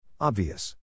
Obvious